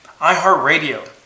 iHeartRadio